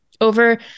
over